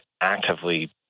actively